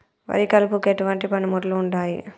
వరి కలుపుకు ఎటువంటి పనిముట్లు ఉంటాయి?